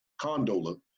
Condola